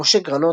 משה גרנות.